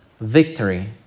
victory